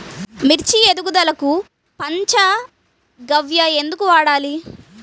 మిర్చి ఎదుగుదలకు పంచ గవ్య ఎందుకు వాడాలి?